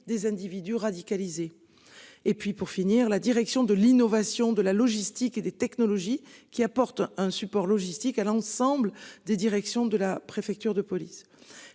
des individus radicalisés et puis pour finir, la direction de l'innovation de la logistique et des technologies qui apporte un support logistique à l'ensemble des directions de la préfecture de police.